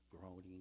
groaning